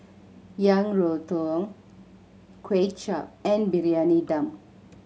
Yang Rou Tang Kway Chap and Briyani Dum